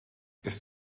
ist